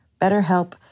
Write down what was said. BetterHelp